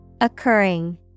Occurring